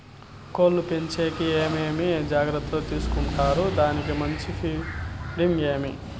కోళ్ల పెంచేకి ఏమేమి జాగ్రత్తలు తీసుకొంటారు? దానికి మంచి ఫీడింగ్ ఏమి?